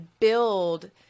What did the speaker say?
build